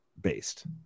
based